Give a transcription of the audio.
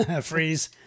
Freeze